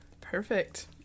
Perfect